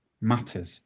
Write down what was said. matters